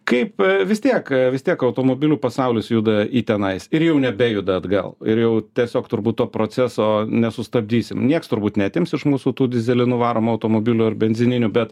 kaip vis tiek vis tiek automobilių pasaulis juda į tenais ir jau nebejuda atgal ir jau tiesiog turbūt to proceso nesustabdysim nieks turbūt neatims iš mūsų tų dyzelinu varomų automobilių ar benzininių bet